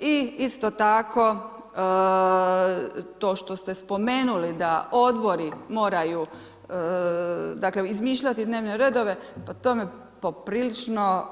I isto tako to što ste spomenuli da odbori moraju, dakle izmišljati dnevne redove pa to me poprilično